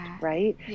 right